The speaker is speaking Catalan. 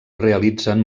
realitzen